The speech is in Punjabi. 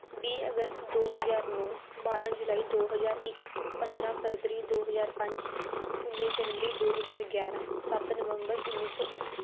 ਵੀਹ ਅਗਸਤ ਦੋ ਹਜ਼ਾਰ ਨੌ ਬਾਰ੍ਹਾਂ ਜੁਲਾਈ ਦੋ ਹਜ਼ਾਰ ਇੱਕ ਪੰਦਰਾਂ ਫਰਵਰੀ ਦੋ ਹਜ਼ਾਰ ਪੰਜ ਉੱਨੀ ਜਨਵਰੀ ਦੋ ਹਜ਼ਾਰ ਗਿਆਰ੍ਹਾਂ ਸੱਤ ਨਵੰਬਰ ਉੱਨੀ ਸੌ ਅੱਸੀ